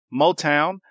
Motown